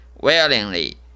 willingly